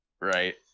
Right